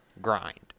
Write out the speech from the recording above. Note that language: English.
grind